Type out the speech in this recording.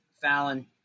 Fallon